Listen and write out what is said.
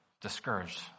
discouraged